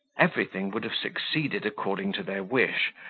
everything would have succeeded according to their wish,